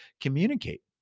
communicate